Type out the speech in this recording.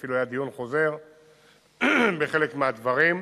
ואפילו היה דיון חוזר בחלק מהדברים.